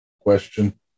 question